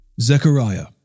Zechariah